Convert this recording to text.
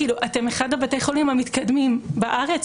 אתם אחד מבתי החולים המתקדמים בארץ,